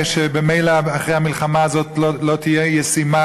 שממילא אחרי המלחמה הזאת לא יהיה ישים,